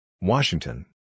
Washington